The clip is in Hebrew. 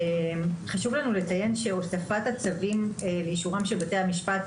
חשוב לנו לציין שהוספת הצווים לאישורם של בית המשפט,